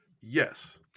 Yes